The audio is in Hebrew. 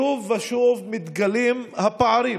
שוב ושוב מתגלים הפערים